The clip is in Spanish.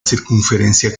circunferencia